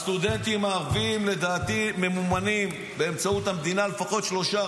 הסטודנטים הערבים לדעתי ממומנים באמצעות המדינה לפחות ב-3,